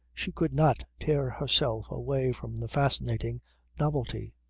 she could not tear herself away from the fascinating novelty.